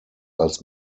als